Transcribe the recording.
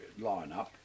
lineup